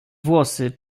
twarze